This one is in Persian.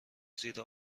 زیر